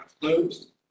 closed